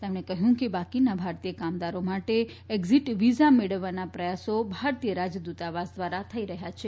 તેમણે કહ્યું કે બાકીના ભારતીય કામદારો માટે એકઝીટ વીઝા મેળવવાના પ્રયાસો ભારતીય રાજદૂતાવાસ દ્વારા થઈ રહ્યા છે